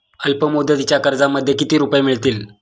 अल्पमुदतीच्या कर्जामध्ये किती रुपये मिळतील?